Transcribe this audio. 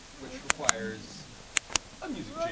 which requires music